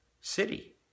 city